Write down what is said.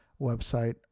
website